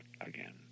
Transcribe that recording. again